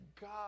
God